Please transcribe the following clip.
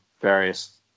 various